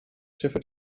schiffe